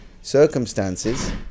circumstances